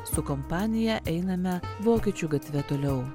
su kompanija einame vokiečių gatve toliau